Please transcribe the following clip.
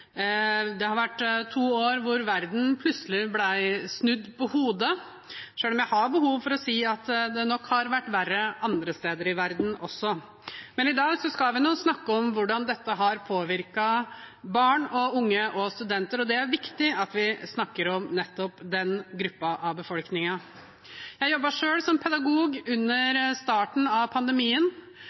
Det har vært to år hvor verden plutselig ble snudd på hodet – selv om jeg har behov for å si at det nok har vært verre andre steder i verden. I dag skal vi snakke om hvordan dette har påvirket barn og unge og studenter, og det er viktig at vi snakker om nettopp den gruppen av befolkningen. Jeg jobbet selv som pedagog i starten av pandemien